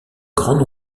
grand